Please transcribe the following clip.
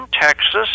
Texas